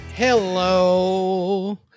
hello